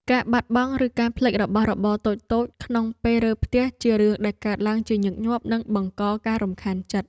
ការបាត់បង់ឬការភ្លេចរបស់របរតូចៗក្នុងពេលរើផ្ទះជារឿងដែលកើតឡើងជាញឹកញាប់និងបង្កការរំខានចិត្ត។